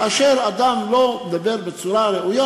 כאשר אדם לא מדבר בצורה ראויה,